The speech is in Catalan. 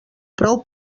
prou